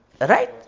Right